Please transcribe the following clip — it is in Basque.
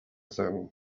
zen